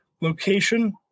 location